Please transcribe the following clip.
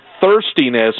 thirstiness